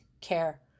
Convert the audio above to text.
care